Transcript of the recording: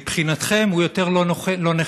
מבחינתכם הוא יותר לא נכה,